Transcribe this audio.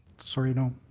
sorry, no.